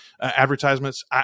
advertisements